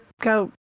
go